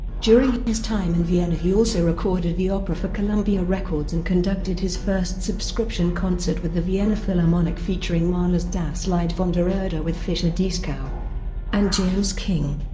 during his time in vienna he also recorded the opera for columbia records and conducted his first subscription concert with the vienna philharmonic featuring mahler's das lied von der erde with fischer-dieskau and james king.